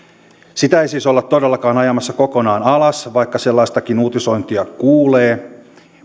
sitä ei siis olla todellakaan ajamassa kokonaan alas vaikka sellaistakin uutisointia kuulee